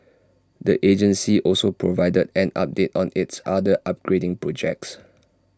the agency also provided an update on its other upgrading projects